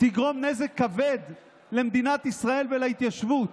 תגרום נזק כבד למדינת ישראל ולהתיישבות.